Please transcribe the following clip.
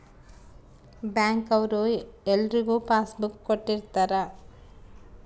bank ಅವ್ರು ಎಲ್ರಿಗೂ passbook ಕೊಟ್ಟಿರ್ತರ